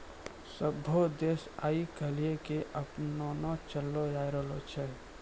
सभ्भे देश आइ काल्हि के अपनैने चललो जाय रहलो छै